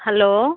hello